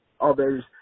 others